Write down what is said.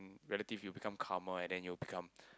relative you will become calmer and then you will become